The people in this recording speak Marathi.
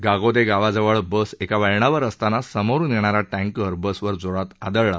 गागोदे गावाजवळ बस एका वळणावर असताना समोरून येणारा टँकर बसवर जोरात आदळला